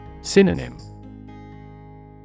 Synonym